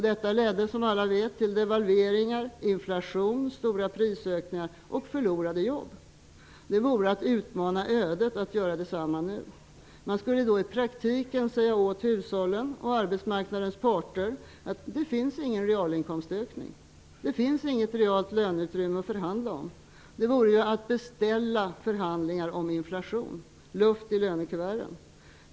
Detta ledde, som alla vet, till devalveringar, inflation, stora prisökningar och förlorade jobb. Det vore att utmana ödet att nu göra detsamma. Man skulle då i praktiken säga åt hushållen och arbetsmarknadens parter att det inte finns någon realinkomstökning, det finns inget realt löneutrymme att förhandla om. Det vore att beställa förhandlingar om inflation och luft i lönekuverten.